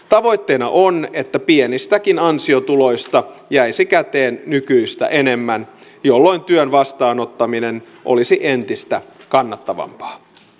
tavoitteena on että pienistäkin ansiotuloista jäisi käteen nykyistä enemmän jolloin työn vastaanottaminen olisi entistä kannattavampaa